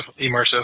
immersive